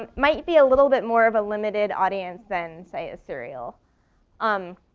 um might be a little bit more of a limited audience then say a cereal. um